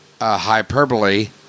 hyperbole